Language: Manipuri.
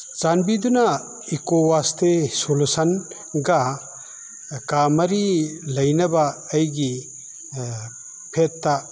ꯆꯥꯟꯕꯤꯗꯨꯅ ꯏꯀꯣ ꯋꯥꯁꯇꯦ ꯁꯣꯂꯨꯁꯟꯒ ꯀꯥ ꯃꯔꯤ ꯂꯩꯅꯕ ꯑꯩꯒꯤ ꯐꯠꯇꯥ